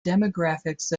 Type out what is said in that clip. demographics